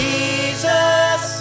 Jesus